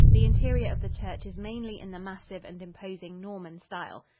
the interior of the church is mainly in the massive and imposing norman style.